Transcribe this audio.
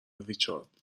ریچارد